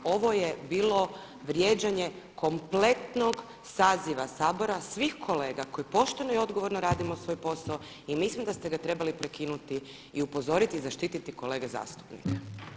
Ovo je bilo vrijeđanje kompletnog saziva Sabora, svih kolega, koji pošteno i odgovorno radimo svoj posao i mislim da ste ga trebali prekinuti i upozoriti i zaštititi kolege zastupnike.